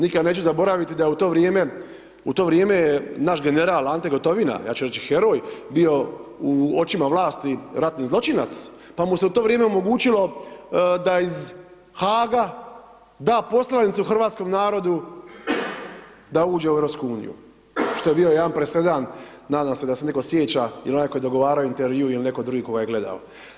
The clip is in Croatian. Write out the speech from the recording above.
Nikada neću zaboraviti da je u to vrijeme, u to vrijeme je naš general Ante Gotovina, ja ću reći heroj, bio u očima vlasti ratni zločinac, pa mu se u to vrijeme omogućilo da iz Haga da poslanicu hrvatskom narodu da uđe u EU, što je bio jedan presedan, nadam se da se netko sjeća jel onaj koji je dogovarao intervju il netko drugi koji ga je gledao.